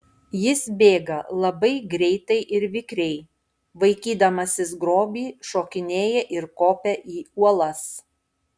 jis bėga labai greitai ir vikriai vaikydamasis grobį šokinėja ir kopia į uolas